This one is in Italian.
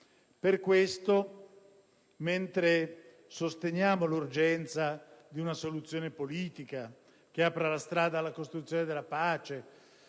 Per questo, mentre sosteniamo l'urgenza di una soluzione politica che apra la strada alla costruzione della pace,